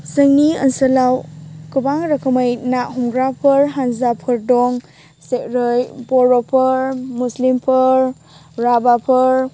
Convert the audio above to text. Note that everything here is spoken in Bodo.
जोंनि ओनसोलाव गोबां रोखोमै ना हमग्राफोर हानजाफोर दं जेरै बर'फोर मुस्लिमफोर राभाफोर